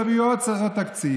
תביאו עוד תקציב.